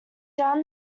down